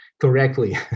correctly